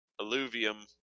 alluvium